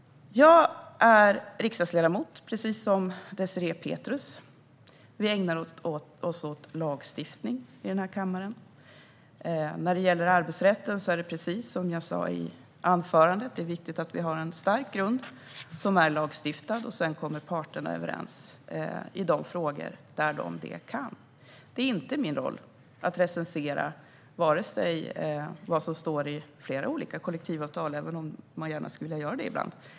Jag är riksdagsledamot, precis som Désirée Pethrus. Vi ägnar oss åt lagstiftning i den här kammaren. När det gäller arbetsrätten är det, precis som jag sa i mitt huvudanförande, viktigt att vi har en stark grund som är lagstiftad. Sedan kommer parterna överens i de frågor där de kan. Det är inte min roll att recensera vad som står i olika kollektivavtal, även om man gärna skulle vilja göra det ibland.